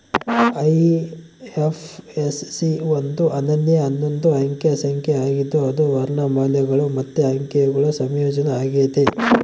IFSC ಒಂದು ಅನನ್ಯ ಹನ್ನೊಂದು ಅಂಕೆ ಸಂಖ್ಯೆ ಆಗಿದ್ದು ಅದು ವರ್ಣಮಾಲೆಗುಳು ಮತ್ತೆ ಅಂಕೆಗುಳ ಸಂಯೋಜನೆ ಆಗೆತೆ